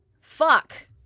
fuck